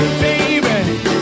baby